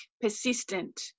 persistent